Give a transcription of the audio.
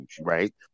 right